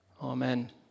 Amen